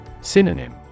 Synonym